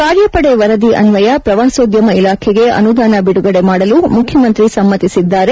ಕಾರ್ಯಪಡೆ ವರದಿ ಅನ್ವಯ ಪ್ರವಾಸೋದ್ಯಮ ಇಲಾಖೆಗೆ ಅನುದಾನ ಬಿಡುಗಡೆ ಮಾಡಲು ಮುಖ್ಯಮಂತ್ರಿ ಸಮ್ಯತಿಸಿದ್ದಾರೆ